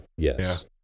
Yes